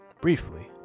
briefly